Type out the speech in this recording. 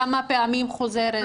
כמה פעמים חוזרת?